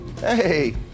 Hey